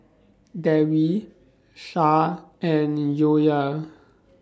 Dewi Shah and The Joyah